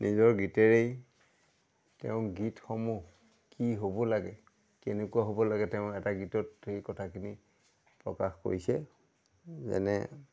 নিজৰ গীতেৰেই তেওঁ গীতসমূহ কি হ'ব লাগে কেনেকুৱা হ'ব লাগে তেওঁ এটা গীতত সেই কথাখিনি প্ৰকাশ কৰিছে যেনে